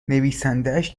نویسندهاش